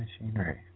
machinery